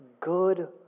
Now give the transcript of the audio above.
good